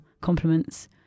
compliments